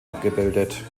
abgebildet